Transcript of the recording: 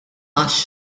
għax